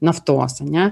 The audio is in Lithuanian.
naftos ane